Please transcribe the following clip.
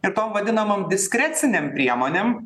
ir tom vadinamom diskrecinėm priemonėm